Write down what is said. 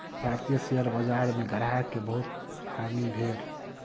भारतीय शेयर बजार में ग्राहक के बहुत हानि भेल